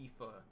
FIFA